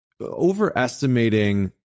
overestimating